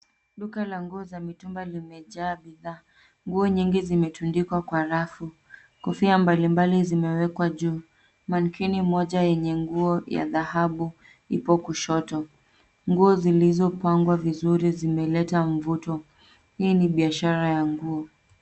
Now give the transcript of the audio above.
Duka la nguo za mitumba limejaa bidhaa. Nguo nyingi zimetundikwa kwa rafu, kofia mbalimbali zimewekwa juu. Mannequin moja yenye nguo ya dhahabu ipo kushoto. Nguo zilizopangwa vizuri zimeleta mvuto. Hii ni biashara ya nguo.